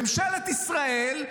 ממשלת ישראל,